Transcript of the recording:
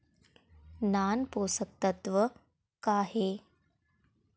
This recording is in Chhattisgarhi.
नान पोषकतत्व का हे?